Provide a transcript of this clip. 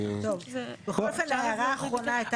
ההערה האחרונה,